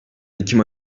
ekim